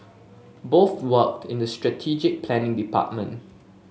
both worked in the strategic planning department